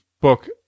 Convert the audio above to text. book